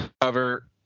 cover